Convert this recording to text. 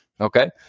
Okay